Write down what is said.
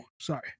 Sorry